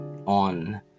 on